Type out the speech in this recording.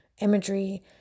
imagery